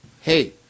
hey